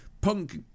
punk